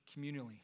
communally